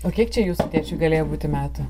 o kiek čia jūsų tėčiui galėjo būti metų